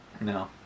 No